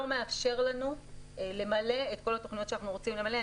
מאפשר לנו למלא את כל התוכניות שאנחנו רוצים למלא,